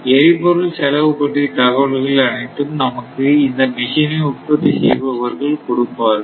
எரிபொருள் செலவு பற்றிய தகவல்கள் அனைத்தும் நமக்கு இந்த மெஷினை உற்பத்தி செய்பவர்கள் கொடுப்பார்கள்